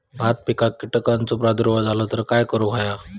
भात पिकांक कीटकांचो प्रादुर्भाव झालो तर काय करूक होया?